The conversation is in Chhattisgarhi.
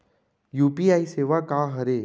यू.पी.आई सेवा का हरे?